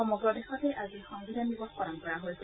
সমগ্ৰ দেশতে আজি সংবিধান দিৱস পালন কৰা হৈছে